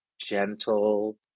Gentle